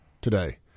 today